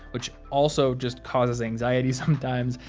which also just causes anxiety sometimes.